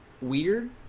weird